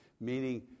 meaning